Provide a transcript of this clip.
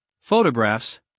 photographs